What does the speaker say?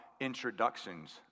introductions